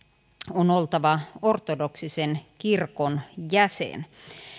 on oltava ortodoksisen kirkon jäsen